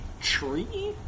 tree